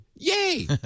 Yay